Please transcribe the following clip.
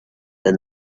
then